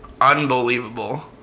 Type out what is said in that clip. Unbelievable